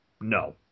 no